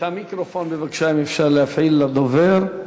את המיקרופון, בבקשה, אם אפשר להפעיל לדובר.